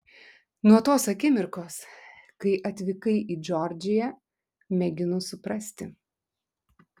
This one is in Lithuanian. nuo tos akimirkos kai atvykai į džordžiją mėginu suprasti